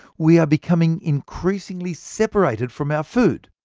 we are becoming increasingly separated from our food.